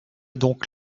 donc